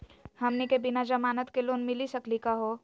हमनी के बिना जमानत के लोन मिली सकली क हो?